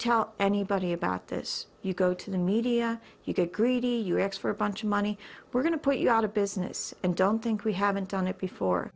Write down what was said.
tell anybody about this you go to the media you get greedy you x for a bunch of money we're going to put you out of business and don't think we haven't done it